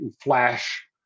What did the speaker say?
flash